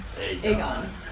Aegon